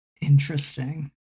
interesting